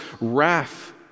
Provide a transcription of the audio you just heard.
wrath